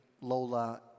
Lola